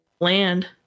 land